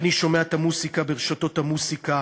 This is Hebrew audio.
אני שומע את המוזיקה ברשתות המוזיקה,